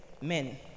men